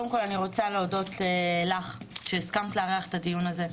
קודם כל אני רוצה להודות לך שהסכמת לארח את הדיון הזה.